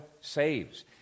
saves